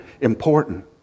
important